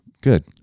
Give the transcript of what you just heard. Good